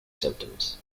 symptoms